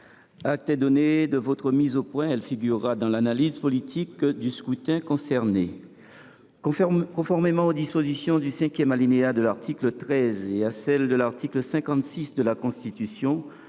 Acte est donné de cette mise au point, ma chère collègue. Elle figurera dans l’analyse politique du scrutin concerné. Conformément aux dispositions du cinquième alinéa de l’article 13 et à celles de l’article 56 de la Constitution,